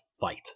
fight